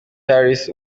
harris